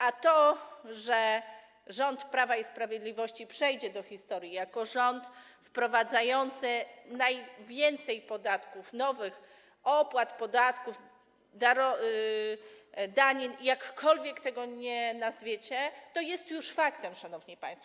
A to, że rząd Prawa i Sprawiedliwości przejdzie do historii jako rząd wprowadzający najwięcej podatków, nowych opłat, danin, jakkolwiek tego nie nazwiecie, to jest już faktem, szanowni państwo.